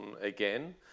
again